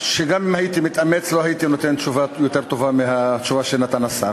שגם אם הייתי מתאמץ לא הייתי נותן תשובה יותר טובה מהתשובה שנתן השר.